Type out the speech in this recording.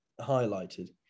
highlighted